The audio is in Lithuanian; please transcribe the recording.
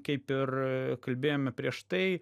kaip ir kalbėjome prieš tai